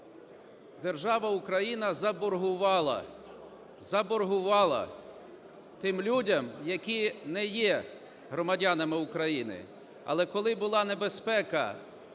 Держава Україна заборгувала, заборгувала тим людям, які не є громадянами України. Але коли була небезпека